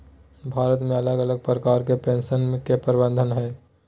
भारत मे अलग अलग प्रकार के पेंशन के प्रावधान हय